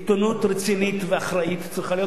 עיתונות רצינית ואחראית צריכה להיות